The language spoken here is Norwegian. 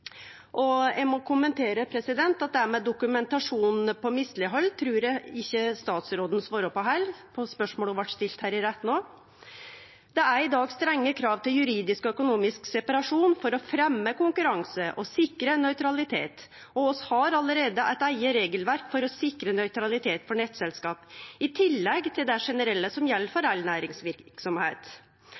Eg må kommentere at det med dokumentasjon av misleghald trur eg ikkje statsråden svara på, spørsmålet blei stilt her rett no. Det er i dag strenge krav til juridisk og økonomisk separasjon for å fremje konkurranse og sikre nøytralitet. Vi har allereie eit eige regelverk for å sikre nøytralitet for nettselskap, i tillegg til det generelle som gjeld for all